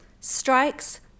strikes